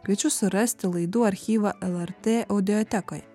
kviečiu surasti laidų archyvą el er tė audiotekoje